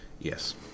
Yes